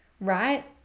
Right